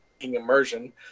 immersion